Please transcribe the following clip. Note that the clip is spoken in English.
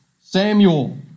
Samuel